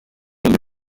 yombi